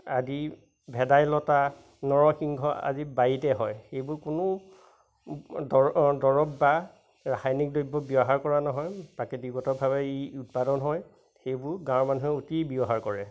আদি ভেদাইলতা নৰসিংহ আদি বাৰীতে হয় সেইবোৰ কোনো দৰ দৰৱ বা ৰাসায়নিক দ্ৰব্য ব্যৱহাৰ কৰা নহয় প্ৰাকৃতিকগতভাৱে ই উৎপাদন হয় সেইবোৰ গাঁৱৰ মানুহে অতি ব্যৱহাৰ কৰে